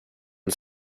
and